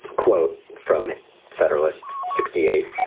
quote, from federalist sixty eight,